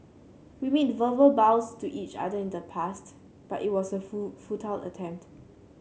we made verbal vows to each other in the past but it was a futile attempt